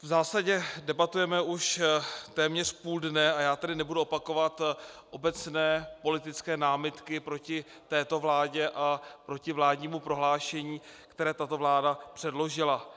V zásadě debatujeme už téměř půl dne a já tady nebudu opakovat obecné politické námitky proti této vládě a proti vládnímu prohlášení, které tato vláda předložila.